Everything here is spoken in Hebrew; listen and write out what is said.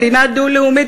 מדינה דו-לאומית,